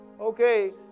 Okay